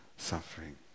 suffering